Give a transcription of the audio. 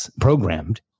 programmed